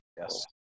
Yes